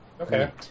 Okay